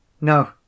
no